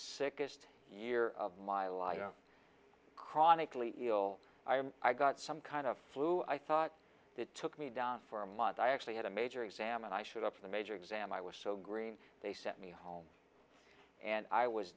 sickest year of my life chronically ill i am i got some kind of flu i thought that took me down for a month i actually had a major exam and i showed up for the major exam i was so green they sent me home and i was